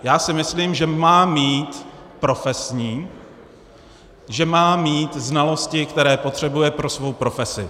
Já si myslím, že má mít profesní, že má mít znalosti, které potřebuje pro svou profesi.